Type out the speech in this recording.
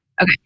Okay